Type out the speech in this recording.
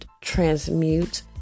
transmute